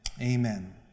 Amen